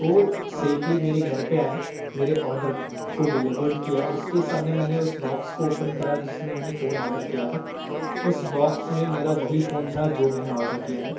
वो सेफ़ली मेरे घर पे आया मेरे ऑर्डर को डिलिवर्ड किया उसके सामने मैंने उस बॉक्स को ओपन करा जिसमें मैंने फ़ोन ऑर्डर किया था उस बॉक्स में मेरा वही फ़ोन था जो मैंने ऑर्डर किया था